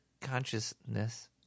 consciousness